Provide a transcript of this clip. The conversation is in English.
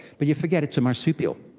but you forget it's a marsupial,